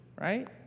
right